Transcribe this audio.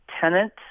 tenant